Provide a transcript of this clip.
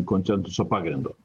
konsensuso pagrindu